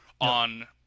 on